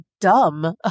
dumb